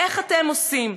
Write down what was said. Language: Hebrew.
איך אתם עושים?